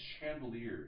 chandeliers